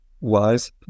wise